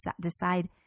Decide